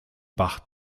bach